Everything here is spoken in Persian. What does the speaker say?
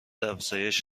افزایش